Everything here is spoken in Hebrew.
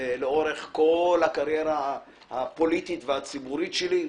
לאורך כל הקריירה הפוליטית והציבורית שלי.